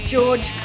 George